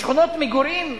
בשכונות מגורים,